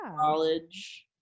College